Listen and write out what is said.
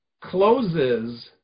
closes